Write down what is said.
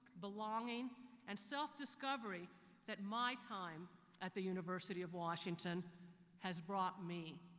belonging and self-discovery that my time at the university of washington has brought me.